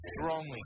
strongly